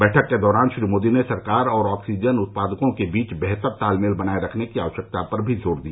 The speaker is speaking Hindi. बैठक के दौरान श्री मोदी ने सरकार और ऑक्सीजन उत्पादकों के बीच बेहतर तालमेल बनाए रखने की आवश्यकता पर भी जोर दिया